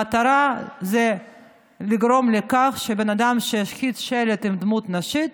המטרה היא לגרום לכך שבן אדם שהשחית שלט עם דמות נשית,